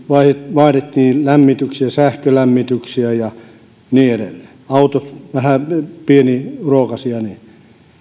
vaihdettiin sähkölämmityksiä autot vähän pieniruokaisemmiksi ja niin edelleen